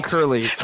Curly